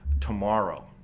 tomorrow